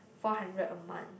four hundred a month